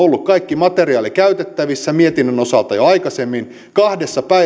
ollut kaikki materiaali käytettävissä mietinnön osalta jo aikaisemmin mutta kahdessa